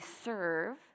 serve